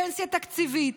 פנסיה תקציבית,